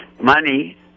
money